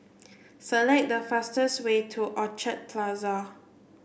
select the fastest way to Orchard Plaza